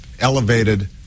elevated